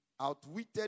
outwitted